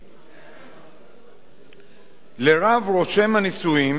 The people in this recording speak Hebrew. לרב רושם הנישואים מוקנה שיקול דעת הלכתי,